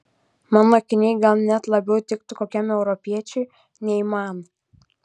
mano akiniai gal net labiau tiktų kokiam europiečiui nei man